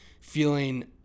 feeling